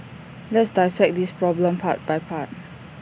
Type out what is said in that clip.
let's dissect this problem part by part